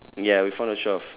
ya we found the twelve